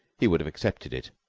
he would have accepted it.